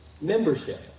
membership